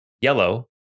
Yellow